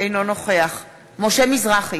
אינו נוכח משה מזרחי,